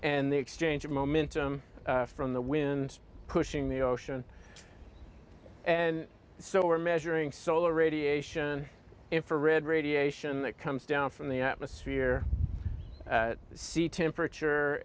and the exchange of momentum from the wind pushing the ocean and so we're measuring solar radiation infrared radiation that comes down from the atmosphere at c temperature